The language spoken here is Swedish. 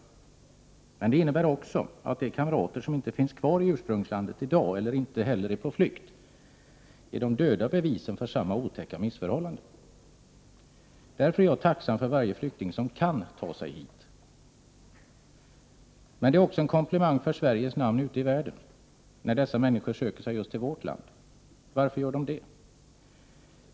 Men det innebär också, att de kamrater som inte finns kvar i ursprungslandet i dag — och inte heller är på flykt — är de döda bevisen för samma otäcka missförhållande. Därför är jag tacksam för varje flykting som kan ta sig hit. Det är emellertid också en komplimang för Sveriges namn ute i världen, när dessa människor söker sig till just vårt land. Varför gör de det?